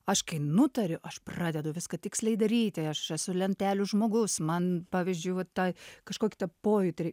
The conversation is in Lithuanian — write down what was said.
aš kai nutariu aš pradedu viską tiksliai daryti aš esu lentelių žmogus man pavyzdžiui va tai kažkokį tą pojūtį rei